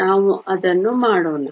ನಾವು ಅದನ್ನು ಮಾಡೋಣ